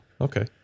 Okay